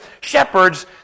Shepherds